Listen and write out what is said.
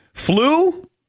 flu